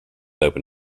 open